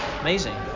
amazing